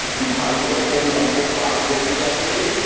ढाई सौ फूल हमको पात गोभी चाहिए